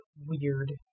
weird